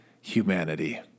humanity